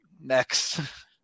Next